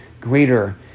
greater